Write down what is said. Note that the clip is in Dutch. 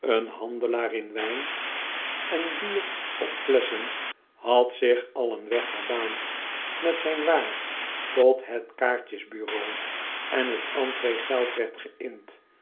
een handelaar in wijn en bier op flesschen had zich al een weg gebaand met zijn waar tot het kaartjesbureau en t entreegeld werd